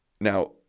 Now